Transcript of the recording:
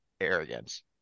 arrogance